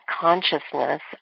consciousness